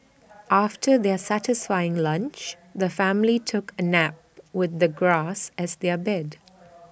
after their satisfying lunch the family took A nap with the grass as their bed